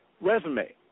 resume